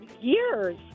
years